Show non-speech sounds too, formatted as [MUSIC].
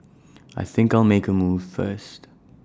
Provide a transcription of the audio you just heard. [NOISE] I think I'll make A move first